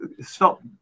stop